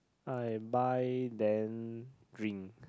I buy then drink